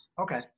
Okay